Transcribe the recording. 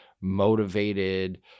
motivated